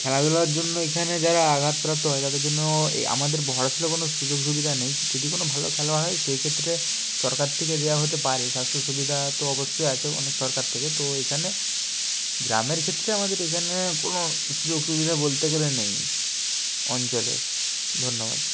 খেলাধুলার জন্য এখানে যারা আঘাতপ্রাপ্ত হয় তাদের জন্য এই আমাদের বড়শূলে কোনো সুযোগ সুবিধা নেই যদি কোনো ভালো খেলোয়াড় হয় সেই ক্ষেত্রে সরকার থেকে দেওয়া হতে পারে স্বাস্থ্য সুবিধা তো অবশ্যই আছে অনেক সরকার থেকে তো এখানে গ্রামের ক্ষেত্রে আমাদের এখানে কোনো সুযোগ সুবিধা বলতে গেলে নেই অঞ্চলের ধন্যবাদ